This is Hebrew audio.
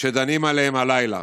שדנים עליהם הלילה,